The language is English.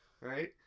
right